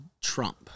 Trump